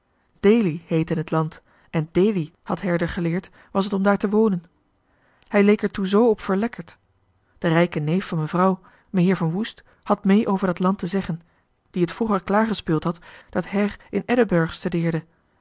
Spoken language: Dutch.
deli heette n et land en deli had her d'er geleerd was et om daar te wonen hij leek er toe z op verlekkerd de rijke neef van mevrouw meheer van woest had mee over dat land te zeggen die et vroeger klaargespeuld had dat her in edeburg stedeerde